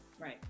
right